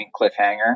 cliffhanger